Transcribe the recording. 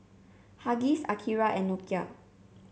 Huggies Akira and Nokia